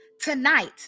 tonight